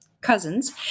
cousins